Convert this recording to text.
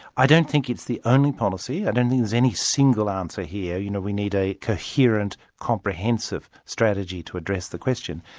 i don't think it's the only policy. i don't think there's any single answer here. you know, we need a coherent, comprehensive strategy to address the question.